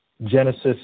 Genesis